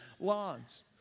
lawns